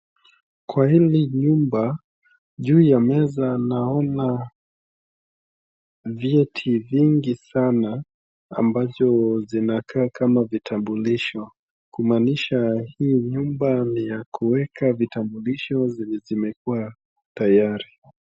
Kwa hili nyumba juu ya meza naona vyeti vingi sana ambazo zinakaa kama vitambulisho kumaanisha hii nyumba ni ya kuweka vitambulisho zenye zimekua tayari.